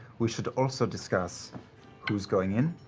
we should also discuss who's going in,